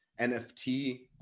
NFT